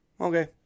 Okay